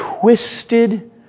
twisted